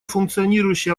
функционирующие